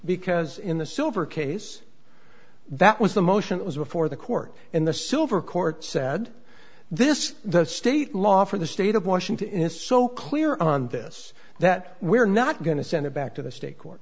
because in the silver case that was the motion it was before the court in the silver court said this the state law from the state of washington is so clear on this that we're not going to send it back to the state court